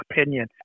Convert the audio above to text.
opinion